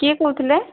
କିଏ କହୁଥିଲେ